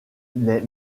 les